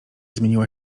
zmieniła